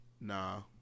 nah